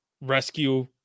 rescue